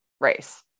race